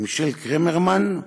ומישל קרמרמן,